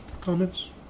comments